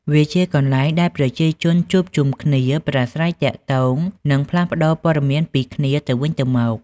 វាជាកន្លែងដែលប្រជាជនជួបជុំគ្នា ប្រាស្រ័យទាក់ទង និងផ្លាស់ប្តូរព័ត៌មានពីគ្នាទៅវិញទៅមក។